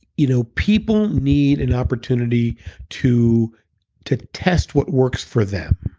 you know people need an opportunity to to test what works for them.